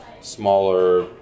smaller